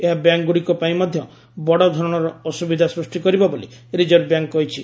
ଏହା ବ୍ୟାଙ୍କଗୁଡ଼ିକ ପାଇଁ ମଧ୍ୟ ବଡଧରଣର ଅସୁବିଧା ସୃଷ୍ଟି କରିବ ବୋଲି ରିଜର୍ଭ ବ୍ୟାଙ୍କ କହିଛି